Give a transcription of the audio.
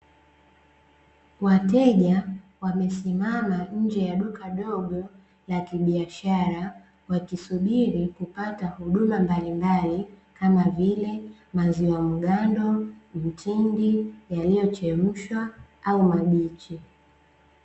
Wateja wamesimama nje ya duka dogo la kibiashara, wakisubiri kupata huduma mbalimbali, kama vile: maziwa mgando, mtindi, yaliyochemshwa au mabichi.